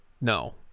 No